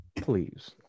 please